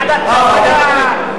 ועדת כלכלה.